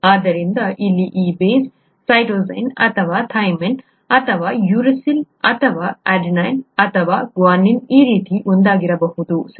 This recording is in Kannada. ಆದ್ದರಿಂದ ಇಲ್ಲಿ ಈ ಬೇಸ್ ಸೈಟೋಸಿನ್ ಅಥವಾ ಥೈಮಿನ್ ಅಥವಾ ಯುರಾಸಿಲ್ ಅಥವಾ ಅಡೆನಿನ್ ಅಥವಾ ಗ್ವಾನಿನ್ ಈ ರೀತಿಯ ಒಂದಾಗಿರಬಹುದು ಸರಿ